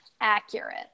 accurate